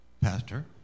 Pastor